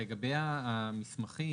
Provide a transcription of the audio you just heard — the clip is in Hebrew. לגבי המסמכים,